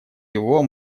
его